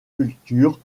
cultures